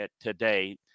today